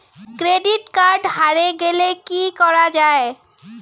Credit card হারে গেলে কি করা য়ায়?